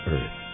Earth